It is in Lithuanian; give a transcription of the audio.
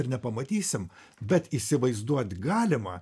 ir nepamatysim bet įsivaizduot galima